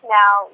now